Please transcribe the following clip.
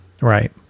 right